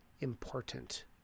important